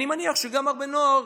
אני מניח שגם הרבה נוער